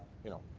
you know,